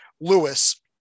Lewis